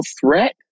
threat